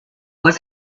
was